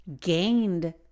gained